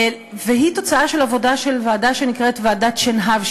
והיא תוצאה של עבודה של ועדה שנקראת ועדת שנהב,